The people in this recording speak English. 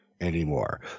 anymore